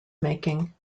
making